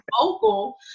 vocal